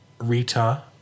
Rita